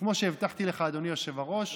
וכמו שהבטחתי לך, אדוני היושב-ראש.